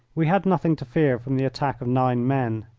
we had nothing to fear from the attack of nine men.